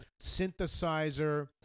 synthesizer